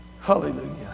hallelujah